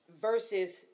Versus